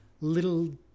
Little